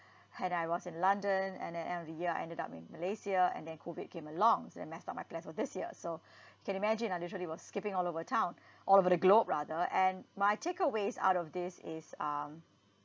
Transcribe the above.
and I was in london and then end of the year I ended up in malaysia and then COVID came along so that messed up my plans for this year so can imagine I literally was skipping all over town all over the globe rather and my takeaways out of this is um